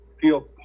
feel